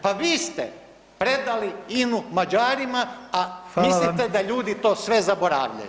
Pa vi ste predali INU Mađarima, a mislite da ljudi [[Upadica: Hvala vam.]] to sve zaboravljaju.